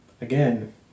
again